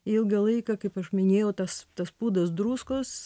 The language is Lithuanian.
ilgą laiką kaip aš minėjau tas tas pūdas druskos